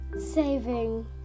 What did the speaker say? saving